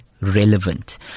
relevant